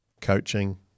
coaching